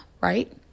right